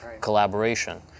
collaboration